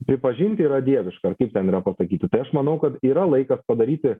pripažinti yra dieviška ar kaip ten yra pasakyti tai aš manau kad yra laikas padaryti